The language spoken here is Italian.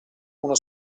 uno